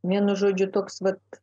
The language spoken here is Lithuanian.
vienu žodžiu toks vat